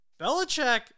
Belichick